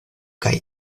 kaj